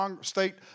state